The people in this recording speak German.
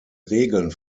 regeln